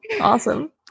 awesome